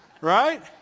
Right